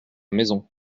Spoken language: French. maison